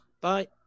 Bye